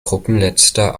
gruppenletzter